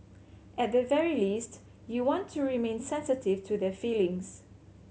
at the very least you want to remain sensitive to their feelings